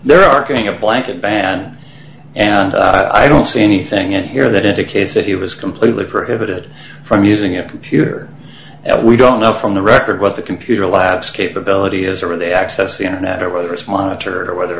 there are getting a blanket ban and i don't see anything in here that indicates that he was completely prohibited from using a computer that we don't know from the record what the computer labs capability is or of the access the internet or whether it's monitored or whether